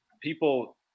people